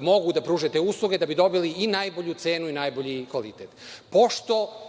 mogu da pruže te usluge da bi dobili i najbolju cenu i najbolji kvalitet. Pošto